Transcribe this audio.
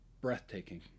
breathtaking